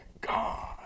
God